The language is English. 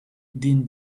din